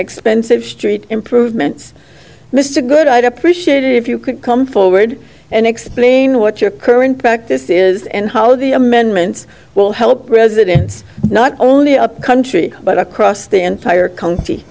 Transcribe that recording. expensive street improvements mr good i'd appreciate it if you could come forward and explain what your current practice is and how the amendments will help residents not only up the country but across the entire co